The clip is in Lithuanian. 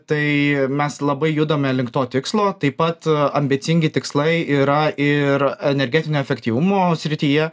tai mes labai judame link to tikslo taip pat ambicingi tikslai yra ir energetinio efektyvumo srityje